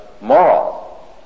moral